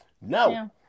No